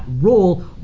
role